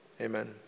amen